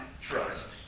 trust